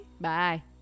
Bye